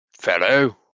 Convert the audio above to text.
fellow